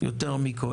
יותר מכל?